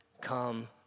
come